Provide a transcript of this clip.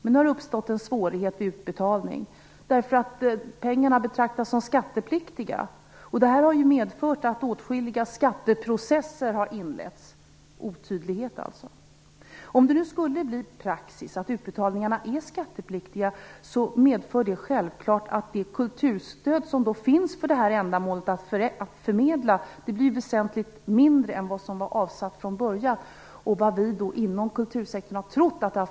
Nu har det uppstått en svårighet vid utbetalningen - pengarna betraktas som skattepliktiga. Det har medfört att åtskilliga skatteprocesser har inletts. Det är ett exempel på otydlighet. Om praxis blev att utbetalningarna är skattepliktiga, skulle det medföra att det kulturstöd som finns att förmedla för detta ändamål blev mindre än vad som avsatts för början och vad vi trott inom kultursektorn.